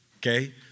Okay